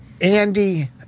Andy